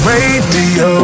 Radio